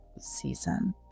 season